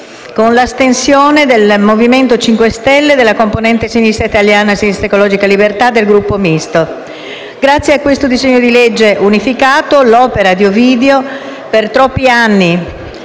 grazie a tutta